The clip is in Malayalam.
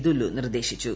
ദുല്ലു നിർദ്ദേശിച്ചു